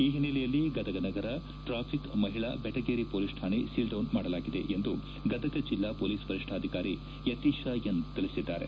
ಈ ಹಿನ್ನೆಲೆಯಲ್ಲಿ ಗದಗ ನಗರ ಟ್ರಾಫಿಕ್ ಮಹಿಳಾ ಬೆಟಗೇರಿ ಪೊಲೀಸ್ ಠಾಣೆ ಸೀಲ್ ಡೌನ್ ಮಾಡಲಾಗಿದೆ ಎಂದು ಗದಗ ಜಿಲ್ಲಾ ಪೋಲಿಸ್ ವರೀಷ್ಠಾಧಿಕಾರಿ ಯತೀಶ ಎನ್ ತಿಳಿಸಿದ್ದಾರೆ